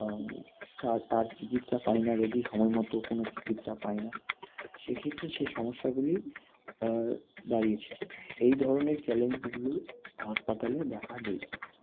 তার চিকিৎসা পায় না রোগী সময়মতো কোনো চিকিৎসা পায় না সেই ক্ষেত্রে সে সমস্যাগুলি দাঁড়িয়েছে এই ধরনের চ্যালেঞ্জগুলোই হসপাতালে দেখা দেয়